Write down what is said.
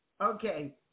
Okay